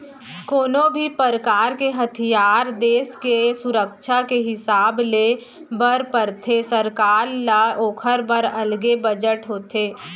कोनो भी परकार के हथियार देस के सुरक्छा के हिसाब ले ले बर परथे सरकार ल ओखर बर अलगे बजट होथे